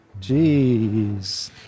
Jeez